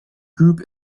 group